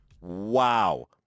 wow